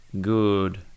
good